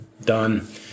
done